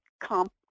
comp